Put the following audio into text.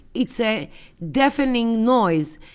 it's a deafening noise.